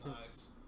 Nice